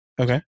Okay